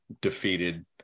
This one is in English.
defeated